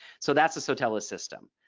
so that's a sotellus system.